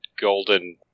golden